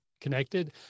connected